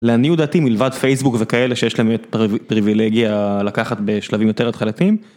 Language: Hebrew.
לעניות דעתי מלבד פייסבוק וכאלה שיש להם פריווילגיה לקחת בשלבים יותר התחלתיים.